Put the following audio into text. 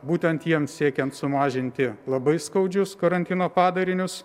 būtent jiems siekiant sumažinti labai skaudžius karantino padarinius